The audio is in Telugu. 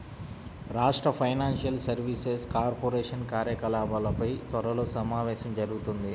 రాష్ట్ర ఫైనాన్షియల్ సర్వీసెస్ కార్పొరేషన్ కార్యకలాపాలపై త్వరలో సమావేశం జరుగుతుంది